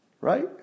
Right